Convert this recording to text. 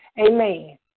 Amen